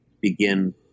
begin